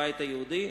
הבית היהודי,